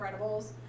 Incredibles